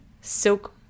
Silk